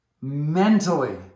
mentally